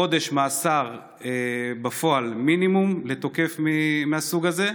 חודש מאסר בפועל מינימום לתוקף מהסוג הזה,